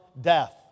death